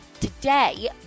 Today